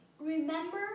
Remember